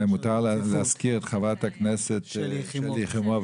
כן, מותר להזכיר את חברת הכנסת שלי יחימוביץ'.